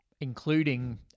Including